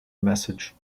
message